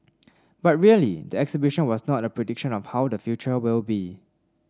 but really the exhibition was not a prediction of how the future will be